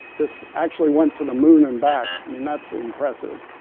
this actually went to the moon and back. i mean, that's impressive.